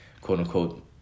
quote-unquote